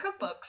cookbooks